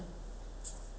eh I don't know